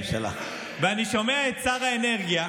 ואני שומע את שר האנרגיה,